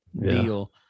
deal